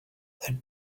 there